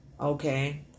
Okay